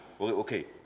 Okay